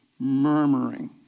Murmuring